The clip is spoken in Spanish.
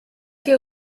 que